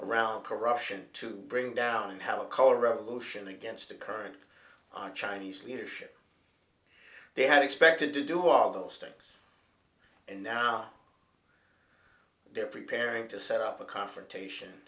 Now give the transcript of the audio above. around corruption to bring down help color revolution against the current on chinese leadership they had expected to do all those stakes and now they're preparing to set up a confrontation